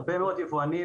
הרבה מאוד יבואנים,